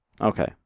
Okay